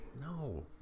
No